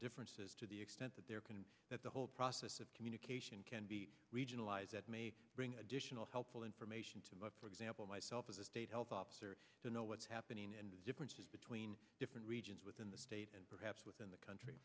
differences to the extent that there can that the whole process of communication can be regionalized at me bring additional helpful information to look for example myself as a state health officer to know what's happening and differences between different regions within the state and perhaps within the country